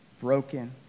broken